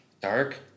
Dark